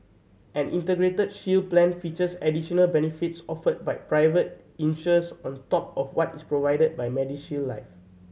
an Integrated Shield Plan features additional benefits offered by private insurers on top of what is provided by Medi Shield Life